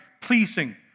pleasing